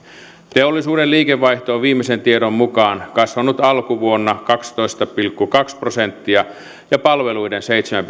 teollisuuden liikevaihto on viimeisen tiedon mukaan kasvanut alkuvuonna kaksitoista pilkku kaksi prosenttia ja palveluiden seitsemän